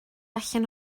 allan